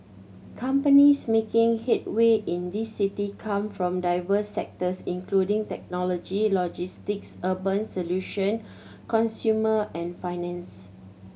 companies making headway in this city come from diverse sectors including technology logistics urban solution consumer and finance